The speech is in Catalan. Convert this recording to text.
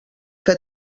que